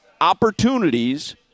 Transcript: opportunities